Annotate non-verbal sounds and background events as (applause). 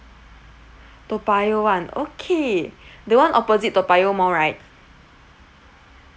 toa payoh one okay (breath) the one opposite toa payoh mall right